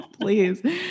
Please